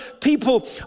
people